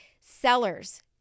Sellers